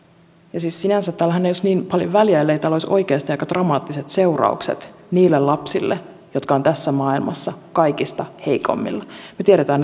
ja siis sinänsä tällähän ei olisi niin paljon väliä ellei tällä olisi oikeasti aika dramaattiset seuraukset niille lapsille jotka ovat tässä maailmassa kaikista heikoimmilla me tiedämme